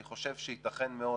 אני חושב שייתכן מאוד